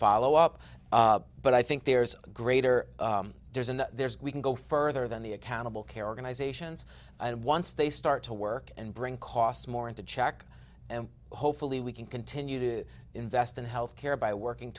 follow up but i think there's greater there's and there's we can go further than the accountable care organizations and once they start to work and bring costs more into check and hopefully we can continue to invest in health care by working